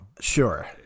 Sure